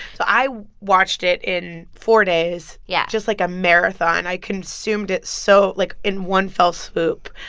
so i watched it in four days. yeah. just like a marathon. i consumed it so like, in one fell swoop.